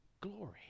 glory